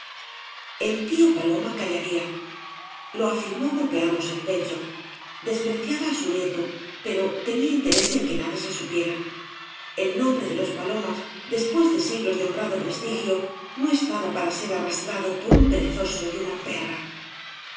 el tío paloma callaría lo afirmó golpeándose el pecho despreciaba á su nieto pero tenía interés en que nada se supiera ei nombre de los palomas después de siglos de honrado prestigio no estaba para ser arrastrado por un perezoso y una perra